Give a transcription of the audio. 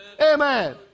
Amen